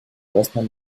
красный